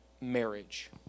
marriage